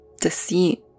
Deceit